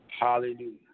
Hallelujah